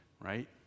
right